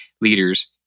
leaders